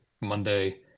Monday